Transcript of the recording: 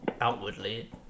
outwardly